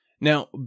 Now